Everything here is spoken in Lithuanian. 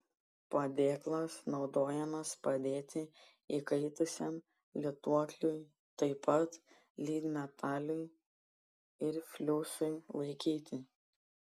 padėklas naudojamas padėti įkaitusiam lituokliui taip pat lydmetaliui ir fliusui laikyti